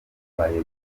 zabaye